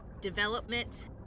development